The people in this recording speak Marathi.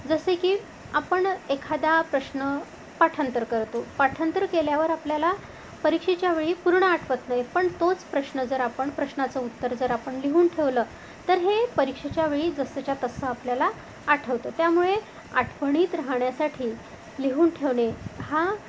जसे की आपण एखादा प्रश्न पाठांतर करतो पाठांतर केल्यावर आपल्याला परीक्षेच्या वेळी पूर्ण आठवत नाही पण तोच प्रश्न जर आपण प्रश्नाचं उत्तर जर आपण लिहून ठेवलं तर हे परीक्षेच्या वेळी जसंच्या तसं आपल्याला आठवतं त्यामुळे आठवणीत राहण्यासाठी लिहून ठेवणे हा